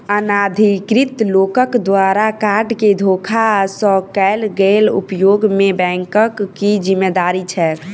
अनाधिकृत लोकक द्वारा कार्ड केँ धोखा सँ कैल गेल उपयोग मे बैंकक की जिम्मेवारी छैक?